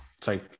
Sorry